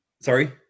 Sorry